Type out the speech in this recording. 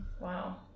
Wow